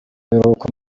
biruhuko